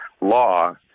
law